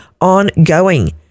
ongoing